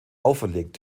auferlegt